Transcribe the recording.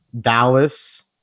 Dallas